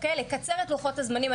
לקצר את לוחות הזמנים.